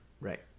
Right